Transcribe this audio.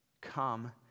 Come